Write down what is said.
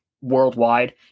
worldwide